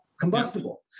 combustible